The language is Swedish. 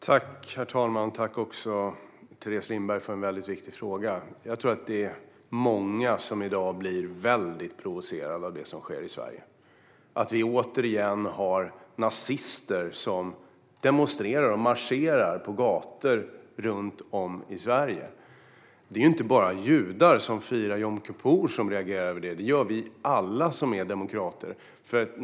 Herr talman! Jag tackar Teres Lindberg för en väldigt viktig fråga. Jag tror att det är många som blir provocerade av det som sker i Sverige i dag - att vi återigen har nazister som demonstrerar och marscherar på gator runt om i Sverige. Det är inte bara judar som firar jom kippur som reagerar på det; det gör alla vi som är demokrater.